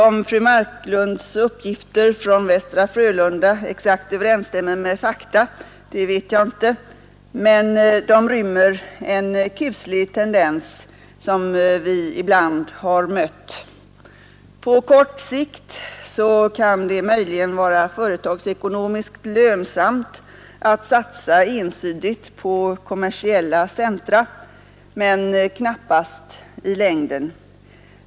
Om fru Marklunds uppgifter från Västra Frölunda exakt överensstämmer med fakta vet jag inte, men de rymmer en kuslig tendens som vi ibland har mött. På kort sikt kan det möjligen vara företagsekonomiskt lönsamt att satsa ensidigt på kommersiella centra men knappast i längden.